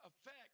effect